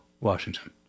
Washington